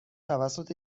توسط